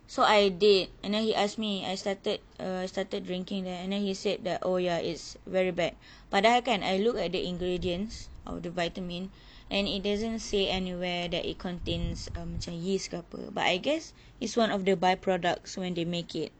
so I did and then he ask me I started err started drinking that and then he said that oh ya it's very bad padahal kan I look at the ingredients of the vitamin and it doesn't say anywhere that it contains um macam yeast ke apa but I guess is one of the by products when they make it